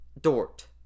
Dort